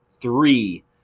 three